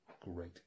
Great